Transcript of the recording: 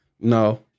no